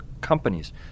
companies